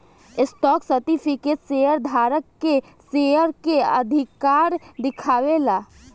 stock certificate share धारक के share के अधिकार दिखावे ला